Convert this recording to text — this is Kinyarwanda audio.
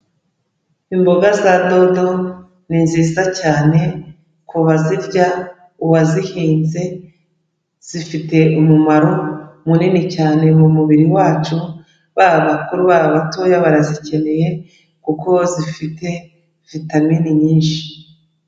Imboga za dodo ni nziza cyane ku bazirya, uwazihinze, zifite umumaro munini cyane mu mubiri wacu, baba abakuru, baba abatoya barazikeneye kuko zifite vitamini nyinshi.